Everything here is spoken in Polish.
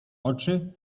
oczy